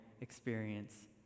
experience